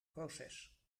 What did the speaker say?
proces